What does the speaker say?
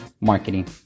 marketing